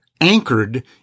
Anchored